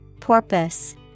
Porpoise